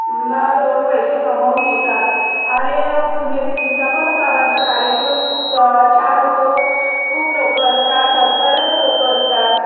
न दोन पैसे कमवून नेतात आणि पुण्यतिथीचा पण बाबांचा कार्यक्रम खूप छान होतो खूप लोकं असतात हजारानं लोकं असतात